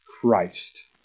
Christ